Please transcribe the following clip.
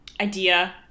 idea